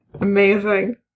Amazing